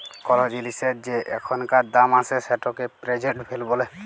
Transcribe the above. call জিলিসের যে এখানকার দাম আসে সেটিকে প্রেজেন্ট ভ্যালু ব্যলে